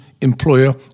employer